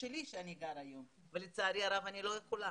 שלי בה אני גרה היום אבל לצערי הרב אני לא יכולה.